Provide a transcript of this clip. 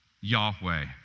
Yahweh